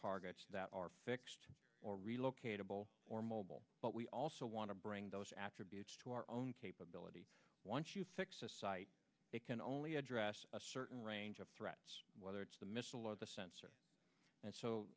targets that are fixed or relocatable or mobile but we also want to bring those attributes to our own capability once you fix a site that can only address a certain range of threats whether it's the missile or the sensor and so